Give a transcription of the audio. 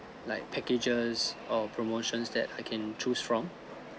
like packages or promotions that I can choose from